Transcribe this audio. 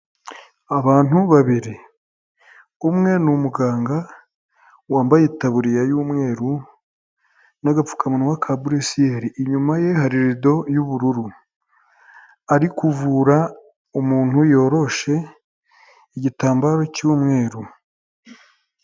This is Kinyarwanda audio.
Abantu babiri, umwe ni umuganga wambaye itaburiya y'umweru n'agapfukamunwa ka buresiyeri, inyuma ye hari irido y'ubururu, ari kuvura umuntu yoroshe igitambaro cy'umweru.